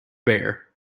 bare